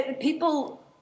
people